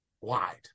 wide